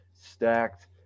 stacked